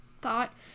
thought